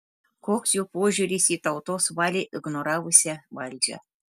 koks jų požiūris į tautos valią ignoravusią valdžią